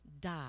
die